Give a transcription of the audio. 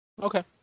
Okay